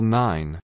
nine